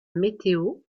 météo